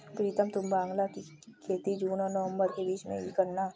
प्रीतम तुम बांग्ला की खेती जून और नवंबर के बीच में ही करना